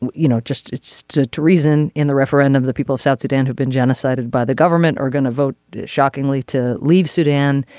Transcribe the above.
you know just to treason in the referendum the people of south sudan who've been genocide by the government are going to vote shockingly to leave sudan.